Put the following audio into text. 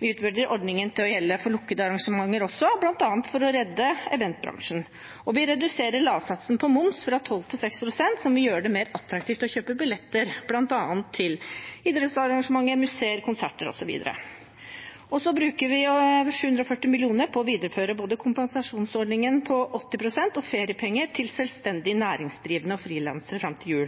Vi utvider ordningen til å gjelde for lukkede arrangementer også, bl.a. for å redde eventbransjen, og vi reduserer lavsatsen på moms fra 12 til 6 pst., som vil gjøre det mer attraktivt å kjøpe billetter bl.a. til idrettsarrangementer, museer, konserter osv. Så bruker vi 740 mill. kr på å videreføre både kompensasjonsordningen på 80 pst. og feriepenger til selvstendig næringsdrivende og frilansere fram til jul,